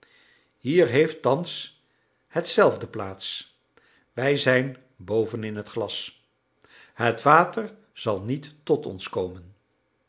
hier heeft thans hetzelfde plaats wij zijn bovenin het glas het water zal niet tot ons komen